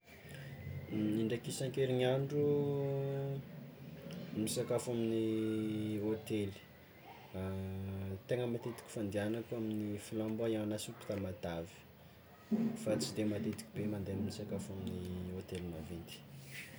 Indraiky isankerigniandro misakafo amin'ny hôtely, tegna matetiky fandianako amin'ny flamboyant na soupe tamatavy fa tsy de matetiky mande misakafo amin'ny hôtely maventy.